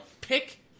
pick